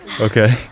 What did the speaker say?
Okay